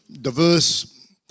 diverse